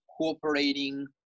cooperating